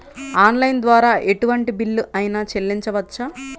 Online ద్వారా ఎటువంటి bill అయినా చెల్లించవచ్చా?